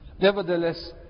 Nevertheless